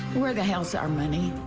where the hell is our money.